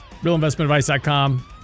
realinvestmentadvice.com